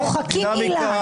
מוחקים עילה.